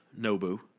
Nobu